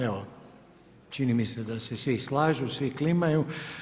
Evo, čini mi se da se svi slažu, svi klimaju.